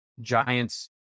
giants